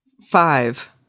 Five